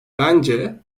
bence